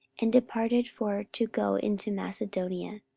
and departed for to go into macedonia.